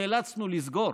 נאלצנו לסגור.